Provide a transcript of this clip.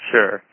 Sure